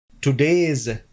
Today's